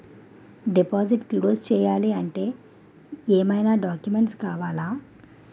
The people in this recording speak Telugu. డిపాజిట్ క్లోజ్ చేయాలి అంటే ఏమైనా డాక్యుమెంట్స్ కావాలా?